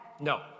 No